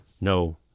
No